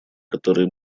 которые